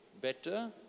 better